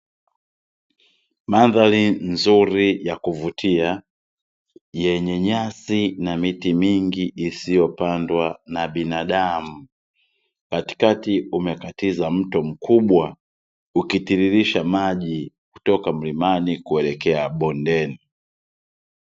Mandhari nzuri ya kuvutia, yenye nyasi na miti mingi ya isiyopandwa na binadamu, katikati umekatiza mto mkubwa ukitiririsha maji kutoka mlimani kuelekea bondeni.